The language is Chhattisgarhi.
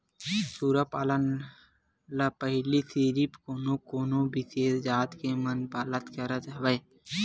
सूरा पालन ल पहिली सिरिफ कोनो कोनो बिसेस जात के मन पालत करत हवय